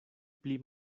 pli